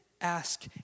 ask